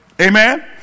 Amen